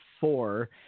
four